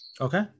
Okay